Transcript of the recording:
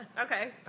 Okay